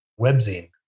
webzine